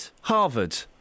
Harvard